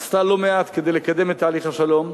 עשתה לא מעט כדי לקדם את תהליך השלום,